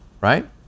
right